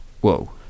Whoa